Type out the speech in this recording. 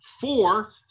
four